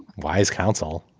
wise counsel.